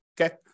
okay